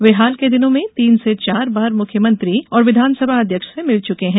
वे हाल के दिनों में तीन से चार बार मुख्यमंत्री और विधानसभा अध्यक्ष से मिल चुके हैं